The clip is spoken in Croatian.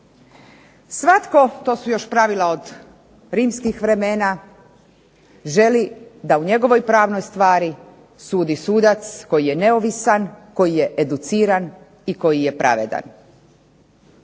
Svatko to su još pravila od rimskih vremena želi da u njegovoj pravnoj stvari sudi sudac koji je neovisan, koji je educiran i koji je pravedan.